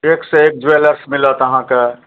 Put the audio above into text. एकसँ एक ज्वेलर्स मिलत अहाँके